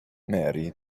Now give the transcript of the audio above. mary